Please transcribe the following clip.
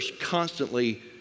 constantly